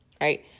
right